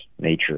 nature